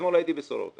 אתמול הייתי בסורוקה